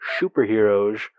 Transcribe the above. superheroes